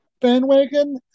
bandwagon